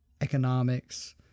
economics